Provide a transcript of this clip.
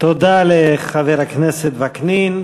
תודה לחבר הכנסת וקנין,